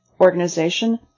organization